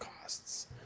costs